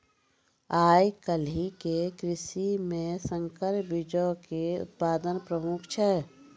आइ काल्हि के कृषि मे संकर बीजो के उत्पादन प्रमुख छै